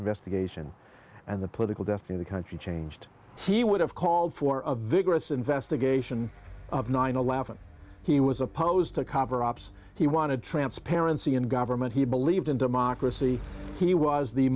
investigation and the political death in the country changed he would have called for a vigorous investigation of nine eleven he was opposed to cover ops he wanted transparency in government he believed in democracy he was the